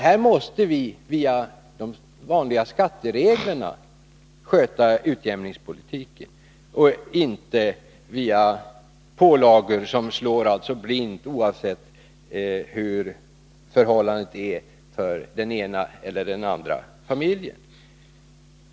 Här måste vi föra utjämningspolitiken via de vanliga skattereglerna, inte via pålagor som slår blint och utan hänsyn till hur förhållandena är för den ena eller den andra familjen.